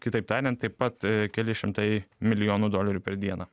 kitaip tariant taip pat keli šimtai milijonų dolerių per dieną